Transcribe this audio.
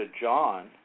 John